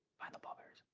find the pallbearers.